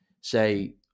say